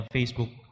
Facebook